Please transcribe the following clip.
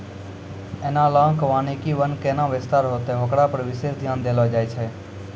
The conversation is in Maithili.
एनालाँक वानिकी वन कैना विस्तार होतै होकरा पर विशेष ध्यान देलो जाय छै